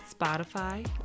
Spotify